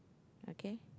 okay